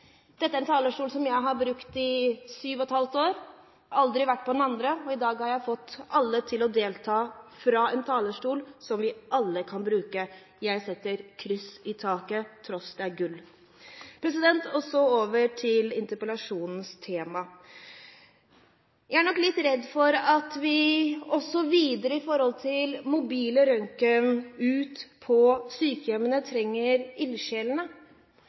jeg fått alle til å delta fra en talerstol som vi alle kan bruke. Jeg setter kryss i taket, tross det er gulv. Så over til interpellasjonens tema: Jeg er nok litt redd for at vi videre, når det gjelder mobile røntgentjenester ute på sykehjemmene, trenger